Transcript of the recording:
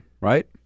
right